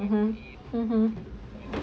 mmhmm